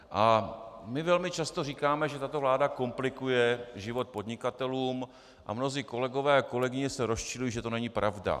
A my velmi často říkáme, že tato vláda komplikuje život podnikatelům, a mnozí kolegové a kolegyně se rozčilují, že to není pravda.